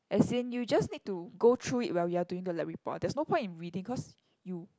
as in you just need to go through it while you are doing the lab report there's no point in reading cause you